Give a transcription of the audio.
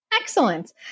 Excellent